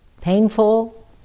painful